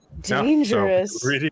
Dangerous